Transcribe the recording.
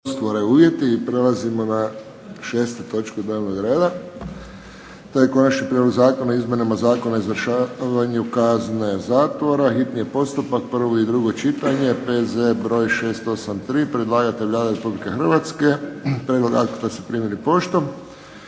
I prelazimo na točku 6. Konačni prijedloga Zakona o izmjeni Zakona o izvršavanju kazne zatvora, hitni postupak, prvo i drugo čitanje, P.Z. br. 683. Predlagatelj Vlada Republike Hrvatske. Prijedlog akta ste primili poštom.